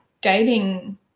dating